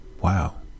wow